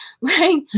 Right